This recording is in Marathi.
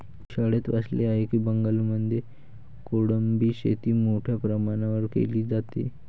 मी शाळेत वाचले आहे की बंगालमध्ये कोळंबी शेती मोठ्या प्रमाणावर केली जाते